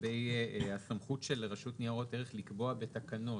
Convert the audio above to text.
לגבי הסמכות של הרשות לניירות ערך לקבוע בתקנות.